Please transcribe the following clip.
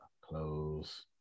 Close